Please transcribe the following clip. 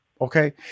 Okay